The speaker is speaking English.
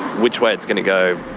which way it's going to go,